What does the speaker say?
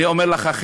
אני אומר לך,